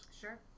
Sure